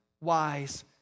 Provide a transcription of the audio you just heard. wise